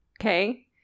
okay